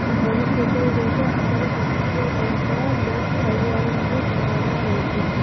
ଭବିଷ୍ୟତରେ ହୁଏତ ଆମର ସଂସ୍କୃତି ଓ ପରମ୍ପରା ଲୋପ ପାଇଯିବାର ମଧ୍ୟ ସମ୍ଭାବନା ରହିଛି